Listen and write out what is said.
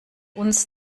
uns